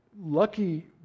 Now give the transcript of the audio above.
lucky